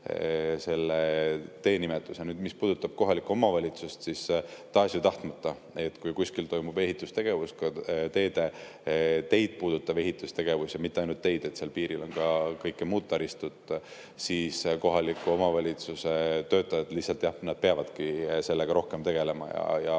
selle tee nimetuse. Mis puudutab kohalikku omavalitsust, siis tahes-tahtmata, kui kuskil toimub ehitustegevus, ka teid puudutav ehitustegevus, ja mitte ainult teid, seal piiril on ka muud taristut, siis kohaliku omavalitsuse töötajad lihtsalt peavadki sellega rohkem tegelema.